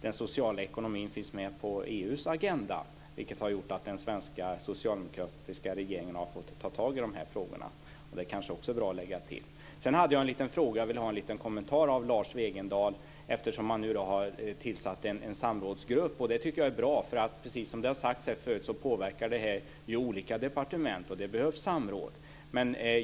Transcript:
Den sociala ekonomin finns ju nu med på EU:s agenda, vilket gör att den svenska socialdemokratiska regeringen har fått ta tag i de frågorna. Det är kanske bra att lägga till också detta. Jag hade en liten fråga och skulle vilja ha en kommentar av Lars Wegendal. En samrådsgrupp har ju nu tillsatts, och det tycker jag är bra. Precis som sagts här förut påverkas olika departement, så det behövs samråd.